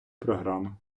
програми